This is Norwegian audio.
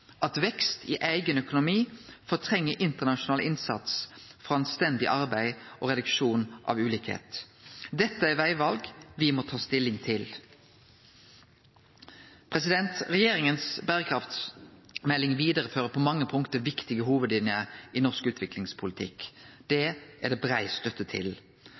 at vekst i eigen økonomi fortrengjer internasjonal innsats for anstendig arbeid og reduksjon av ulikheit. Dette er vegval me må ta stilling til. Regjeringas berekraftsmelding vidarefører på mange punkt viktige hovudlinjer i norsk utviklingspolitikk. Det er det brei støtte til.